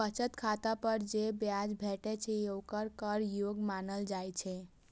बचत खाता पर जे ब्याज भेटै छै, ओकरा कर योग्य मानल जाइ छै